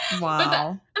Wow